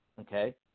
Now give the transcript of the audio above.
Okay